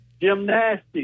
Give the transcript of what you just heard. Gymnastics